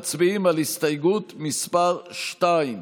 יואל רזבוזוב, אלעזר שטרן,